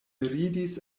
ridis